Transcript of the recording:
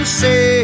say